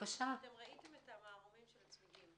ראיתם את המערומים של הצמיגים?